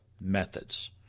methods